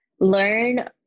learn